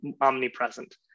omnipresent